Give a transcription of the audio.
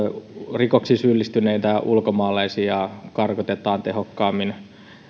rikoksiin syyllistyneitä ulkomaalaisia karkotetaan tehokkaammin